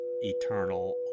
eternal